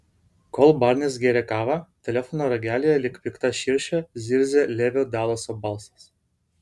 kol barnis gėrė kavą telefono ragelyje lyg pikta širšė zirzė levio dalaso balsas